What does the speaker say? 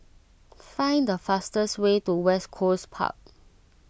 find the fastest way to West Coast Park